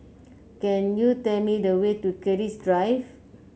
can you tell me the way to Keris Drive